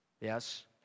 Yes